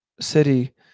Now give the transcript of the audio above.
city